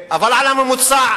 אבל על הממוצע,